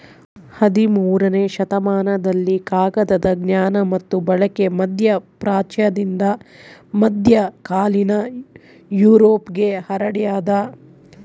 ಹದಿಮೂರನೇ ಶತಮಾನದಲ್ಲಿ ಕಾಗದದ ಜ್ಞಾನ ಮತ್ತು ಬಳಕೆ ಮಧ್ಯಪ್ರಾಚ್ಯದಿಂದ ಮಧ್ಯಕಾಲೀನ ಯುರೋಪ್ಗೆ ಹರಡ್ಯಾದ